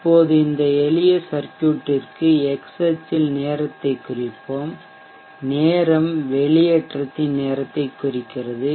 இப்போது இந்த எளிய சர்க்யூட்டிற்க்கு எக்ஸ் அச்சில் நேரத்தை குறிப்போம் நேரம் வெளியேற்றத்தின் நேரத்தை குறிக்கிறது